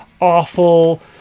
awful